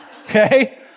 Okay